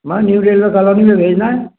मगर new railway colony में भेजना है